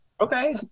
Okay